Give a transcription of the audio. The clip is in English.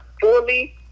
fully